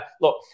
Look